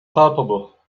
palpable